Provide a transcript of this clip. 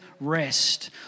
rest